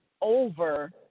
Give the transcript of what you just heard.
over